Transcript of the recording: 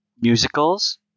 musicals